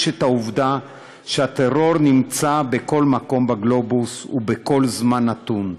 את העובדה שהטרור נמצא בכל מקום בגלובוס ובכל זמן נתון.